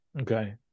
Okay